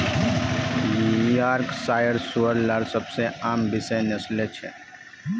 Yorkshire सूअर लार सबसे आम विषय नस्लें छ